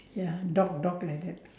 ya dog dog like that